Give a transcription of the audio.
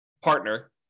partner